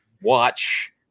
watch